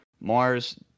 Mars